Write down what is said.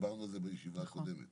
ודיברנו על זה בישיבה הקודמת: